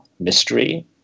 mystery